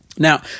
Now